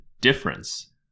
difference